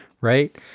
right